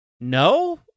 no